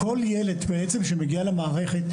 כל ילד בעצם שמגיע למערכת,